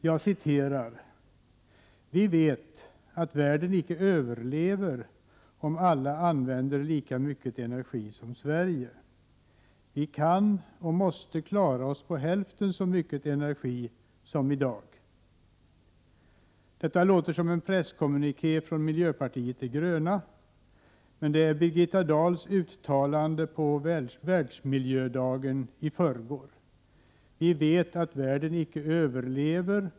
Jag citerar: ”Vi vet att världen inte överlever om alla använder lika mycket energi som Sverige. Vi kan och måste klara oss på hälften så mycket energi som i dag.” Detta låter som en presskommuniké från miljöpartiet de gröna, men det är Birgitta Dahls uttalande på världsmiljödagen i förrgår.